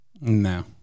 no